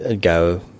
go